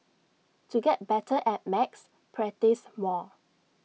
to get better at maths practise more